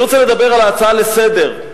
אני רוצה לדבר על ההצעה לסדר-היום,